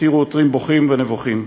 והותירו עותרים בוכים ונבוכים.